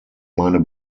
meine